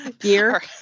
gear